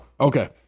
okay